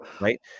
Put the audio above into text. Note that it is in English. right